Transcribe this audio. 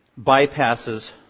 bypasses